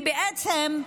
כי בעצם,